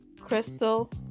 Crystal